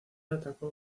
atacó